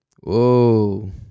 Whoa